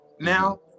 now